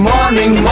Morning